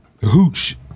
Hooch